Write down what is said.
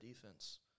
defense